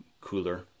cooler